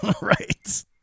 Right